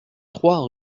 trois